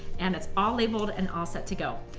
and it's all labeled and all set to go.